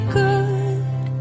good